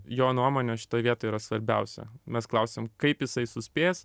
jo nuomonė šitoj vietoj yra svarbiausia mes klausiam kaip jisai suspės